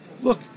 look